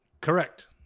Correct